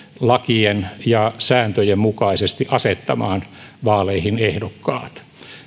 lakien ja sääntöjen mukaisesti asettamaan vaaleihin ehdokkaat